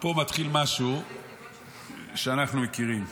פה מתחיל משהו שאנחנו מכירים.